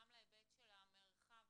גם להיבט של המרחב,